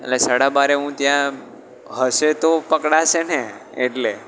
એટલે સાડા બારે હું ત્યાં હશે તો પકડાશે ને એટલે